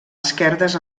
esquerdes